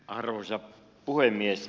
arvoisa puhemies